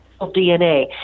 DNA